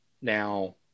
Now